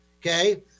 Okay